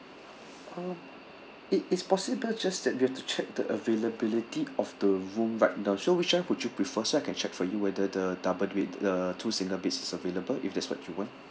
um it is possible just that you have to check the availability of the room right now so which one would you prefer so I can check for you whether the double bed the two single beds is available if that's what you want